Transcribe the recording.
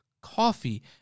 coffee